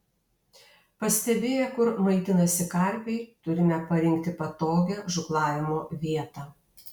pastebėję kur maitinasi karpiai turime parinkti patogią žūklavimo vietą